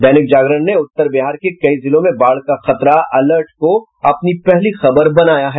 दैनिक जागरण ने उत्तर बिहार के कई जिलों में बाढ़ का खतरा अलर्ट को अपनी पहली खबर बनाया है